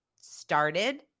started